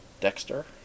Dexter